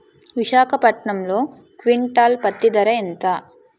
విశాఖపట్నంలో క్వింటాల్ పత్తి ధర ఎంత?